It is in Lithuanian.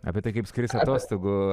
apie tai kaip skris atostogų